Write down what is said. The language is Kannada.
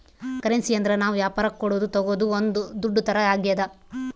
ಕರೆನ್ಸಿ ಅಂದ್ರ ನಾವ್ ವ್ಯಾಪರಕ್ ಕೊಡೋದು ತಾಗೊಳೋದು ಒಂದ್ ದುಡ್ಡು ತರ ಆಗ್ಯಾದ